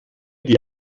die